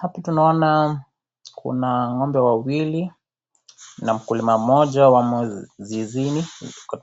Hapa tunaona kuna ng'ombe wawili, na mkulima mmoja wamo zizini